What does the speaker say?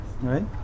right